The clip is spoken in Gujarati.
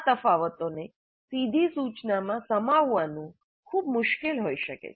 આ તફાવતોને સીધી સૂચનામાં સમાવવાનું ખૂબ મુશ્કેલ હોઈ શકે છે